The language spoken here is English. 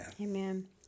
Amen